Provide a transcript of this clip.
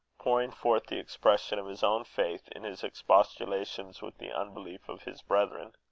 pouring forth the expression of his own faith in his expostulations with the unbelief of his brethren.